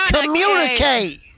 communicate